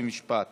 הצבעתי בעד.